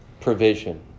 provision